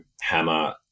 Hammer